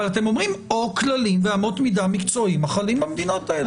אבל אתם אומרים: או כללים ואמות מידה מקצועיים החלים במדינות האלה.